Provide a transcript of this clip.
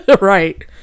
Right